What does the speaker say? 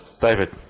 David